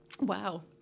Wow